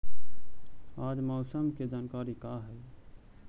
आज मौसम के जानकारी का हई?